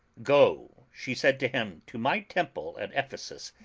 go she said to him, to my temple at ephesus,